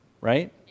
right